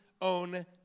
own